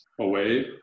away